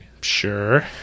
Sure